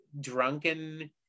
drunken